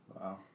Wow